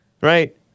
right